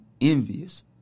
envious